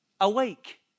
awake